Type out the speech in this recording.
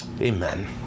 Amen